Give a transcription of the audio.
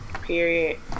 Period